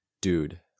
dude